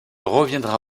reviendra